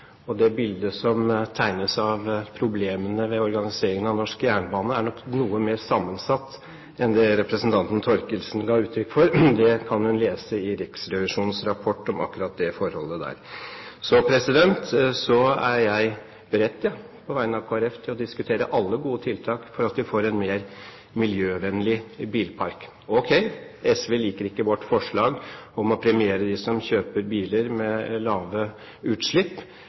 og det bildet som tegnes av problemene ved organiseringen av norsk jernbane, er nok noe mer sammensatt enn det representanten Thorkildsen ga uttrykk for. Hun kan lese i Riksrevisjonens rapport om akkurat dette forholdet. Så er jeg beredt, på vegne av Kristelig Folkeparti, til å diskutere alle gode tiltak som gjør at vi får en mer miljøvennlig bilpark. Ok, SV liker ikke vårt forslag om å premiere dem som kjøper biler med lave utslipp,